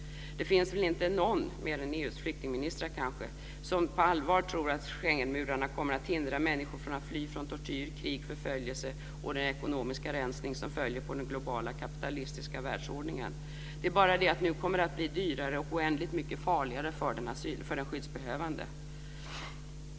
Det finns väl inte någon, mer än kanske EU:s flyktingministrar, som på allvar tror att Schengenmurarna kommer att hindra människor från att fly från tortyr, krig, förföljelse och den "ekonomiska rensning" som följer på den globala kapitalistiska världsordningen. Det är bara det att det nu kommer att bli dyrare och oändligt mycket farligare för den skyddsbehövande.